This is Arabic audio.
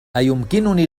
أيمكنني